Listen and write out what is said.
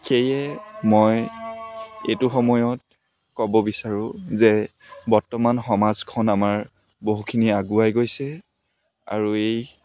সেইয়ে মই এইটো সময়ত ক'ব বিচাৰোঁ যে বৰ্তমান সমাজখন আমাৰ বহুখিনি আগুৱাই গৈছে আৰু এই